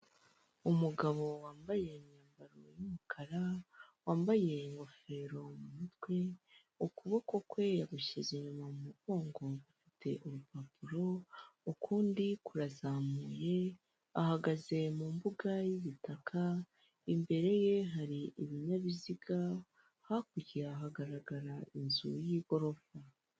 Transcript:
Umugabo wambaye imyambaro y'umukara wambaye ingofero mu mutwe, ukuboko kwe yagushyize inyuma mu mugongo ufite urupapuro ukundi kurazamuye, ahagaze mu mbuga y'ibitaka imbere ye hari ibinyabiziga hakurya hagaragara inzu y'igorofa.